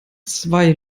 zwei